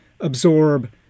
absorb